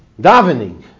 davening